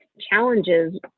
challenges